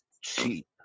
Cheap